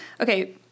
Okay